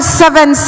seven